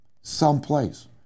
someplace